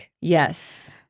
Yes